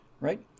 right